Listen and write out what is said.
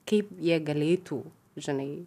kaip jie galėtų žinai